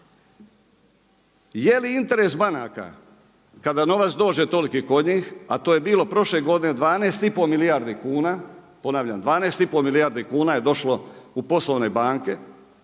Jeli interes banaka kada novac dođe toliki kod njih, a to je bilo prošle godine 12,5 milijardi kuna, ponavljam 12,5 milijardi kuna je došlo u poslovne banke,